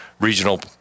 regional